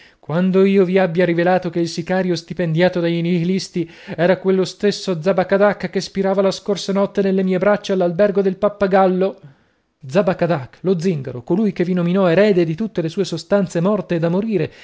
quando io vi abbia rivelato che il sicario stipendiato dai nihilisti era quello stesso zabakadak che spirava la scorsa notte nelle mie braccia all'albergo del papagallo zabakadak lo zingaro colui che vi nominò erede di tutte le sue sostanze morte e da morire